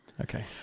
Okay